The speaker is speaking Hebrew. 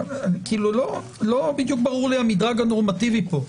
לא ברור לי המדרג הנורמטיבי פה.